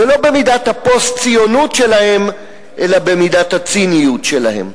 זה לא במידת הפוסט-ציונות שלהם אלא במידת הציניות שלהם.